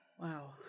Wow